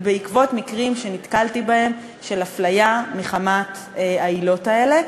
בעקבות מקרים שנתקלתי בהם של הפליה מחמת העילות האלה.